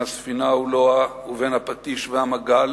מ"הספינה אולואה" ו"בין הפטיש והמגל"